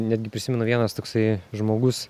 netgi prisimenu vienas toksai žmogus